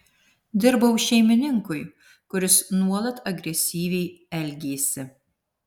dirbau šeimininkui kuris nuolat agresyviai elgėsi